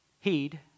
heed